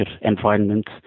environment